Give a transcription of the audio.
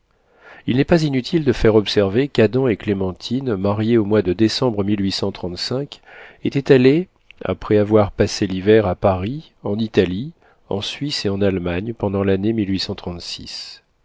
il n'est pas inutile de faire observer qu'adam et clémentine mariés au mois de décembre étaient allés après avoir passé l'hiver à paris en italie en suisse et en allemagne pendant l'année